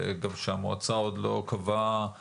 גם המועצה עוד לא קבעה כללים,